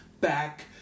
back